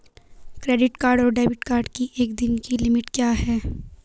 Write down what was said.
Credit card और debit card की एक दिन की लिमिट क्या है?